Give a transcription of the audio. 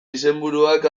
izenburuak